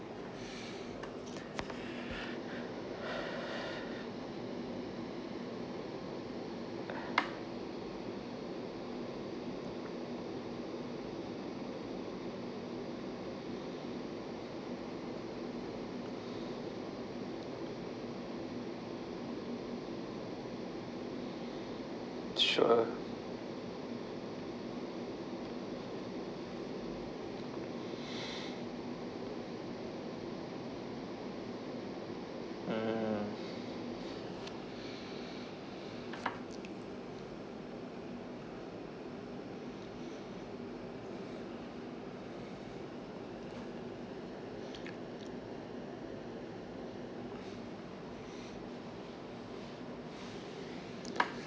sure hmm